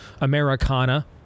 Americana